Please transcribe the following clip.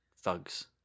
thugs